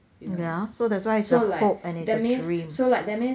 yeah so that's why it's a hope and it's a dream